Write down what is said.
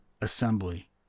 assembly